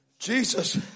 Jesus